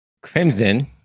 Crimson